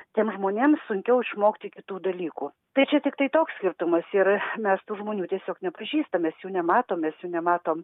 tiem žmonėm sunkiau išmokti kitų dalykų tai čia tiktai toks skirtumas yra mes tų žmonių tiesiog nepažįstam mes jų nematom mes jų nematom